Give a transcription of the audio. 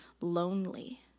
lonely